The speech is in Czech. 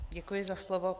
Děkuji za slovo.